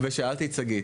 ושאלתי את שגית